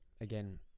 again